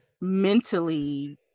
mentally